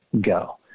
go